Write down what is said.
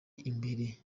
imbere